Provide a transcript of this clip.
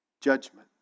judgment